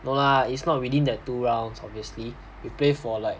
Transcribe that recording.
no lah it's not within that two rounds obviously we play for like